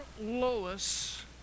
Lois